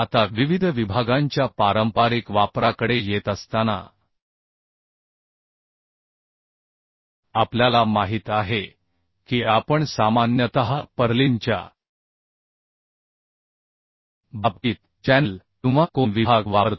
आता विविध विभागांच्या पारंपारिक वापराकडे येत असताना आपल्याला माहित आहे की आपण सामान्यतः पर्लिनच्या बाबतीत चॅनेल किंवा कोन विभाग वापरतो